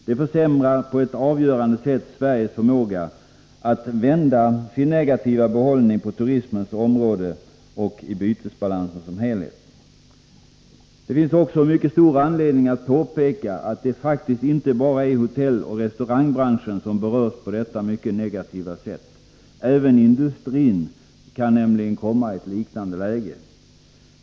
Det försämrar på ett avgörande sätt Sveriges förmåga att vända sin negativa behållning på turismens område, och det försämrar bytesbalansen som helhet. Det finns stor anledning att påpeka att det faktiskt inte bara är hotelloch restaurangbranschen som berörs på detta mycket negativa sätt. Även industrin kan nämligen komma i ett liknande läge.